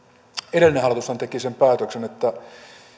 edellinen hallitushan teki sen päätöksen että